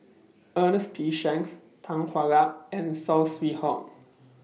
Ernest P Shanks Tan Hwa Luck and Saw Swee Hock